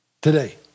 today